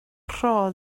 rho